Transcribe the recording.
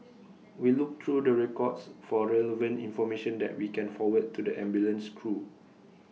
we look through the records for relevant information that we can forward to the ambulance crew